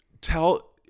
Tell